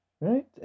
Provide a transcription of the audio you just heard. Right